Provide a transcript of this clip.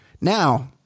Now